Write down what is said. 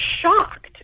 shocked